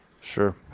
Sure